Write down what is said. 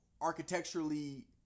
architecturally